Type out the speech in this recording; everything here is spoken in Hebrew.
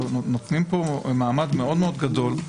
נותנים כאן מעמד מאוד מאוד גדול,